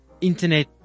internet